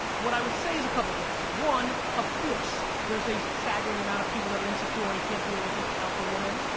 what i would say is a couple things. one, of course there's a staggering amount of people that are insecure and can't deal with an alpha woman,